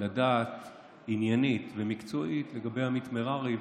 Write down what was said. לדעת עניינית ומקצועית לגבי עמית מררי.